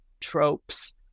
tropes